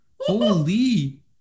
Holy